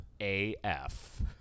AF